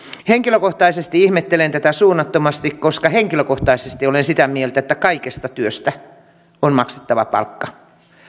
henkilökohtaisesti ihmettelen tätä suunnattomasti koska henkilökohtaisesti olen sitä mieltä että kaikesta työstä on maksettava palkka